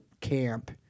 camp